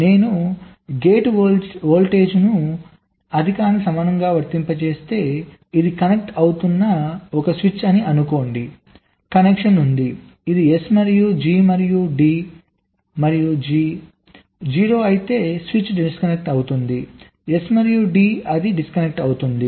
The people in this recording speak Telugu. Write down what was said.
నేను గేట్ వోల్టేజ్ను అధికానికి సమానంగా వర్తింపజేస్తే ఇది కనెక్ట్ అవుతున్న ఒక స్విచ్ అని అనుకోండి కనెక్షన్ ఉంది ఇది S మరియు G మరియు D క్షమించండి మరియు G 0 అయితే స్విచ్ డిస్కనెక్ట్ అవుతుంది S మరియు D అది డిస్కనెక్ట్ అవుతుంది